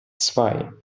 zwei